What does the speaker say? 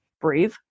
breathe